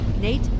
Nate